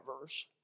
verse